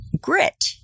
grit